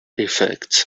effects